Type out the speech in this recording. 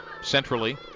centrally